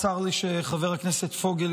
צר לי שחבר הכנסת פוגל,